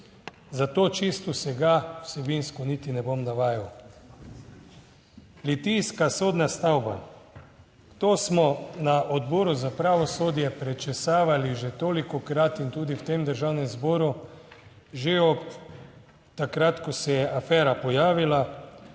Zato čisto vsega vsebinsko niti ne bom navajal. Litijska, sodna stavba, to smo na Odboru za pravosodje prečesavali že tolikokrat in tudi v tem Državnem zboru že od takrat, ko se je afera pojavila.